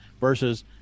versus